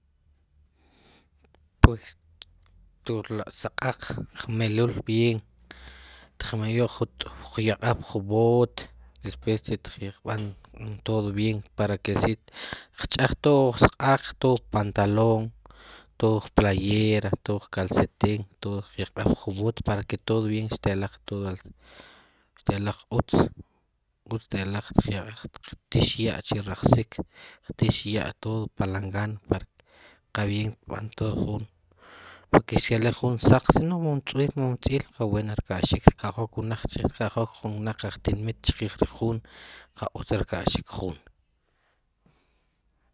Pues turla' sqa'q qmelul vien tqyaqaj pju vot depues chi tb'an tod vien para ke si tqch'aj tod wu qsa'q tod pantalom tod qplayer tod qkalsetin tod xtiqyaqaj pju vot para ke tod vien xtelaq tod xtelaq utz xtelaq xqyaqaj xtqtix ya' chi rajsik qtix ya' tod palangan para qa vien tqb'an jun rech xtelaq vien saq si n o mom tz'il mom tz'il qawuen rkayxik tkajok wna'q chqij tkajok ju wna'q chij aj tinmit chij jun qautz rkaixik jun